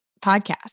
podcast